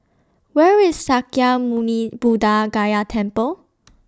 Where IS Sakya Muni Buddha Gaya Temple